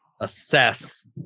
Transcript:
assess